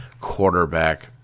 quarterback